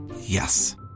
yes